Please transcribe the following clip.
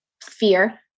Fear